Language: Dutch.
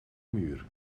muur